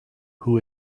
who